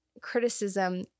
criticism